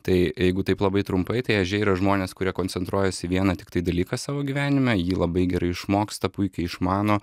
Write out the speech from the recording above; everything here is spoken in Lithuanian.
tai jeigu taip labai trumpai tai ežiai yra žmonės kurie koncentruojasi į vieną tiktai dalyką savo gyvenime jį labai gerai išmoksta puikiai išmano